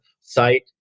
site